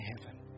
heaven